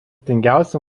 turtingiausių